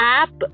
app